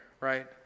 right